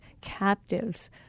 captives